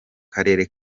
karere